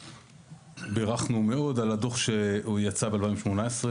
אנחנו ברכנו מאוד על הדוח שיצא ב-2018.